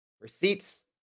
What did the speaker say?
Receipts